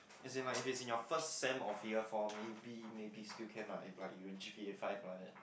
as in like if it's in your first sem of year four maybe maybe still can lah if like you G_P_A five like that